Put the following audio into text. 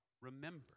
remember